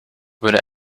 would